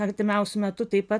artimiausiu metu taip pat